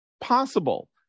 possible